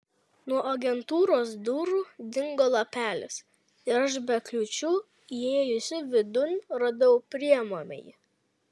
nuo agentūros durų dingo lapelis ir aš be kliūčių įėjusi vidun radau priimamąjį